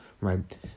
right